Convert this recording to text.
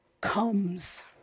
comes